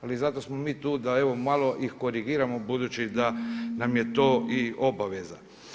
Ali zato smo mi tu da ih malo korigiramo budući da nam je to i obaveza.